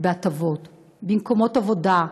בהטבות, במקומות עבודה.